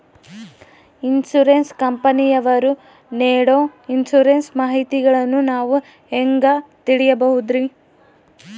Insurance ಕಂಪನಿಯವರು ನೇಡೊ insurance ಮಾಹಿತಿಗಳನ್ನು ನಾವು ಹೆಂಗ ತಿಳಿಬಹುದ್ರಿ?